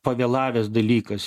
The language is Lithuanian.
pavėlavęs dalykas